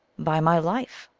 by my life,